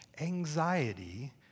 Anxiety